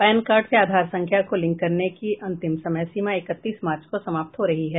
pan card से आधार संख्या को लिंक करने की अंतिम समय सीमा इकतीस मार्च को समाप्त हो रही है